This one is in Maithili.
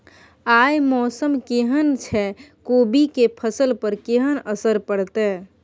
आय मौसम केहन छै कोबी के फसल पर केहन असर परतै?